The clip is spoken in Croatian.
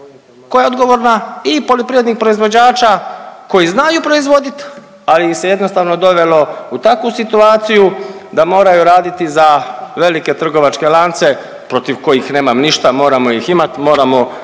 koja je odgovorna i poljoprivrednih proizvođača koji znaju proizvoditi, ali ih se jednostavno dovelo u takvu situaciju da moraju raditi za velike trgovačke lance protiv kojih nemam ništa, moramo ih imati, moramo